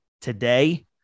today